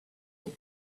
will